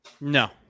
No